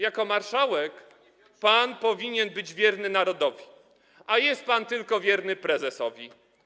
Jako marszałek pan powinien być wierny narodowi, a jest pan tylko wierny prezesowi.